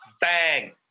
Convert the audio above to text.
Bang